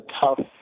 tough